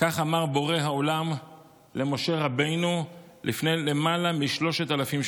כך אמר בורא העולם למשה רבנו לפני למעלה משלושת אלפים שנה.